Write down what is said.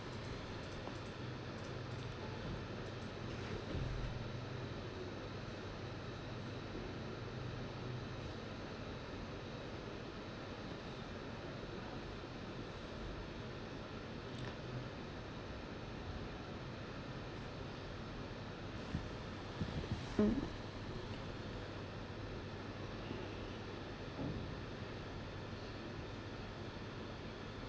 mm